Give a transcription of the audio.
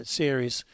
series